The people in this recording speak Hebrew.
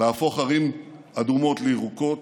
להפוך ערים אדומות לירוקות,